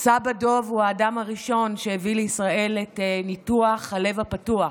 סבא דב הוא האדם הראשון שהביא לישראל את ניתוח הלב הפתוח.